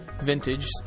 vintage